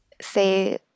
say